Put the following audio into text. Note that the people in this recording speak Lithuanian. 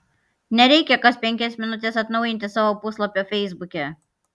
nereikia kas penkias minutes atnaujinti savo puslapio feisbuke